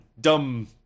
dumb